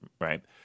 right